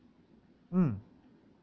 mm